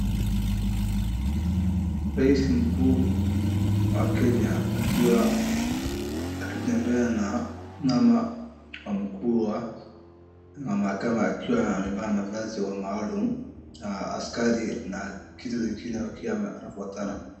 Rais mkuu wa Kenya akiwa akitembea na na mkuu wa mahakama akiwa amevaa mavazi maalum na askari na kitu kingine wakia wanafuatana.